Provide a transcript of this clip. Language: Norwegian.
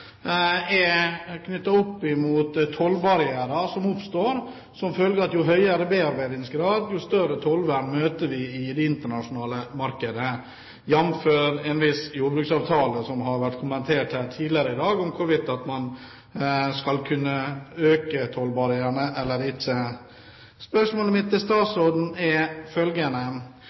tollbarrierer som oppstår som følge av at jo høyere bearbeidingsgrad, jo større tollvern møter vi i det internasjonale markedet, jf. en viss jordbruksavtale som har vært kommentert her tidligere i dag, om hvorvidt man skal kunne øke tollbarrierene eller ikke. Spørsmålene mine til statsråden er følgende: